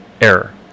error